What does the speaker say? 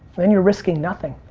then you're risking nothing.